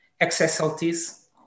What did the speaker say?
XSLTs